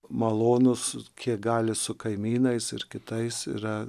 malonūs kiek gali su kaimynais ir kitais yra